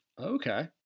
Okay